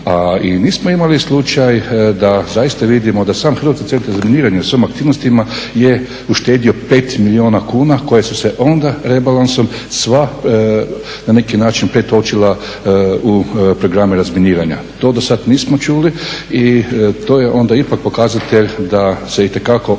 A i mi smo imali slučaj da zaista vidimo da sam Hrvatski centar za razminiranje u svojim aktivnostima je uštedio pet milijuna kuna koje su se onda rebalansom sva na neki način pretočila u programe razminiranja. To do sad nismo čuli i to je onda ipak pokazatelj da se itekako ova